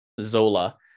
Zola